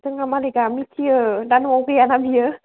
जोंना मालिकआ मिथियो दा न'आव गैया ना बियो